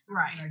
Right